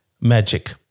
magic